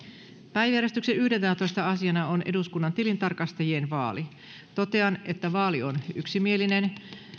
päiväjärjestyksen yhdentenätoista asiana on eduskunnan tilintarkastajien vaali totean että vaali on yksimielinen